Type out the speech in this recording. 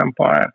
empire